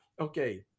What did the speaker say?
Okay